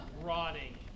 Rotting